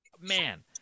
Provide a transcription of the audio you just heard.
man